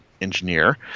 engineer